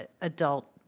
adult